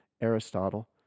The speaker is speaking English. Aristotle